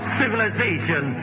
civilization